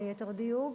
ליתר דיוק,